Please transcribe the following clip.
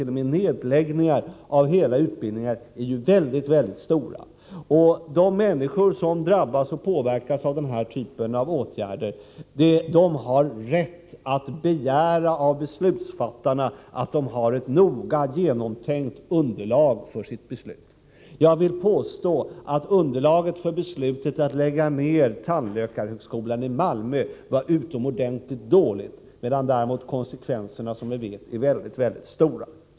0. m. nedläggning av hela utbildningar är mycket stora. De människor som drabbas och påverkas av denna typ av åtgärder har rätt att begära av beslutsfattarna att de har ett noga genomtänkt underlag för sitt beslut. Jag vill påstå att underlaget för beslutet att lägga ned tandläkarhögskolan i Malmö var utomordentligt dåligt. Konsekvenserna är, som vi vet, mycket stora.